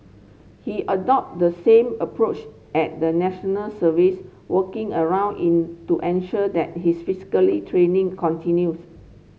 he adopted the same approach at the National Service working around in to ensure that his physically training continues